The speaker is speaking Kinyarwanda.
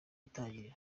itangiriro